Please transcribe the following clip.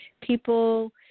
people